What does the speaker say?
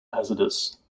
hazardous